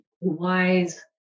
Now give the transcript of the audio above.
wise